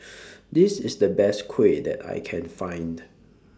This IS The Best Kuih that I Can Find